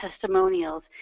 testimonials